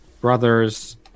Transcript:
brothers